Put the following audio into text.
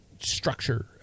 structure